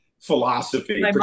philosophy